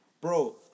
bro